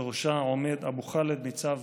ובראשה עומד אבו חאלד, ניצב